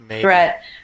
threat